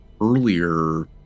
Earlier